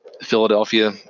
Philadelphia